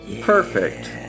Perfect